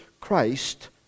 Christ